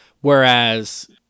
whereas